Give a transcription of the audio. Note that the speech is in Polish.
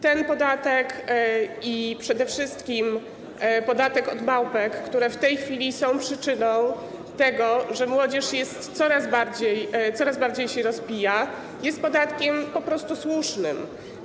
Ten podatek i przede wszystkim podatek od małpek, które w tej chwili są przyczyną tego, że młodzież coraz bardziej się rozpija, jest podatkiem po prostu słusznym.